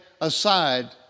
aside